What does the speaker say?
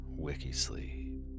Wikisleep